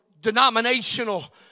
denominational